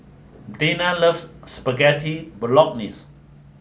Dayna loves Spaghetti Bolognese